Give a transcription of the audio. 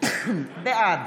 בעד